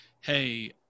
hey